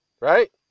Right